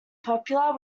popular